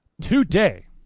today